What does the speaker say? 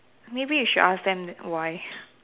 maybe you should ask them why